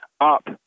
Up